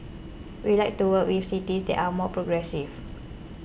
we like to work with cities that are more progressive